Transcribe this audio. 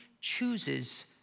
chooses